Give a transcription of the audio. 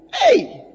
Hey